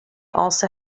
also